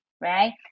right